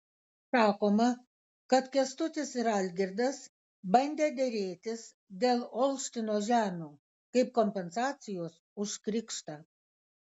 sakoma kad kęstutis ir algirdas bandę derėtis dėl olštino žemių kaip kompensacijos už krikštą